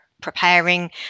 preparing